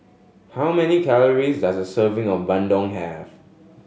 how many calories does a serving of bandung have